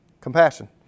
Compassion